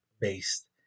based